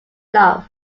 enough